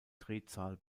drehzahl